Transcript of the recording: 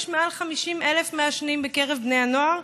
יש מעל 50,000 מעשנים בקרב בני הנוער,